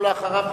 ולאחריו,